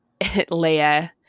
Leia